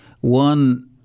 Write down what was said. One